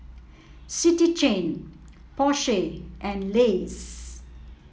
City Chain Porsche and Lays